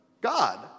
God